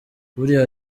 buriya